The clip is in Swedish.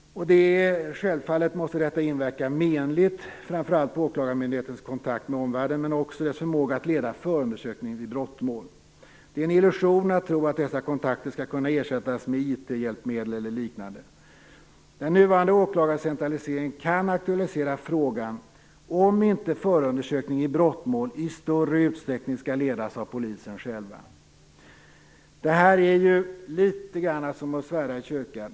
Självfallet måste detta inverka menligt framför allt på åklagarmyndighetens kontakt med omvärlden men också dess förmåga att leda förundersökning i brottmål. Det är en illusion att tro att dessa kontakter skall kunna ersättas med IT-hjälpmedel eller liknande. Den nuvarande åklagarcentraliseringen kan aktualisera frågan om inte förundersökning i brottmål i större utsträckning skall ledas av polisen själv. Det är litet grand som att svära i kyrkan.